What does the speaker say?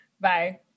Bye